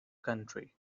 country